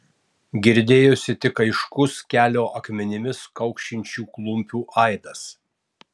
girdėjosi tik aiškus kelio akmenimis kaukšinčių klumpių aidas